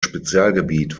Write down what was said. spezialgebiet